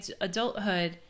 adulthood